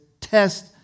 test